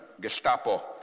Gestapo